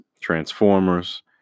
Transformers